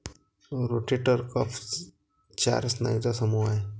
rotator cuff चार स्नायूंचा समूह आहे